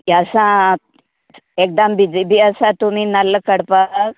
केस आहा एकदम बिजी बी आसा तुमी नाल्ल काडपाक